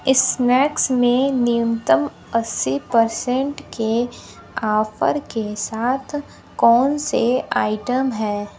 snacks में न्यूनतम अस्सी पर्सेन्ट के ऑफ़र के साथ कौन से आइटम हैं